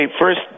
first